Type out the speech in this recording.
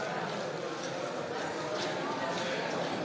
Hvala.